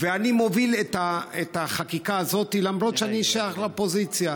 אני מוביל את החקיקה הזאת למרות שאני שייך לאופוזיציה.